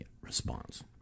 response